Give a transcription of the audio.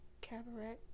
Cabaret